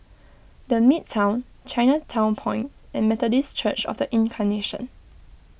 the Midtown Chinatown Point and Methodist Church of the Incarnation